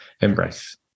embrace